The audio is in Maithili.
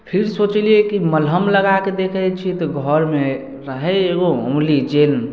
फिर सोचलियै कि मलहम लगाकऽ देख लै छियै तऽ घरमे रहय एगो ओमनी जेल